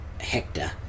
hector